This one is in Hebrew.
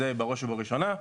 זה בראש ובראשונה,